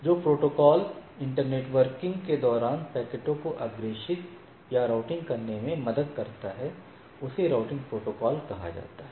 तो जो protocol internetworking के दौरान पैकेटों को अग्रेषित या राउटिंग करने में मदद करता है उसे राउटिंग प्रोटोकॉल कहा जाता है